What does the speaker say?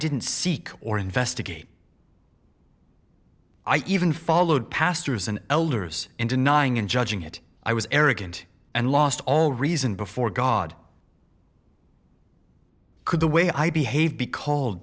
didn't seek or investigate i even followed pastors and elders in denying and judging it i was arrogant and lost all reason before god could the way i behaved be c